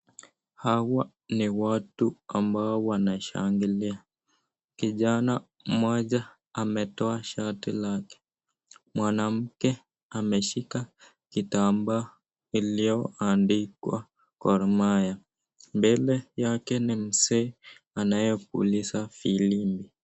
Hawa ni watu ambao wanashangilia. Kijana mmoja ametoa shati lake. Mwanamke ameshika kitambaa ilioandikwa Gormahia. Mbele yake ni mzee anayepuliza virimbi.